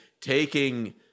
taking